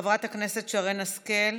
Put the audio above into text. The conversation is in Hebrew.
חברת הכנסת שרן השכל,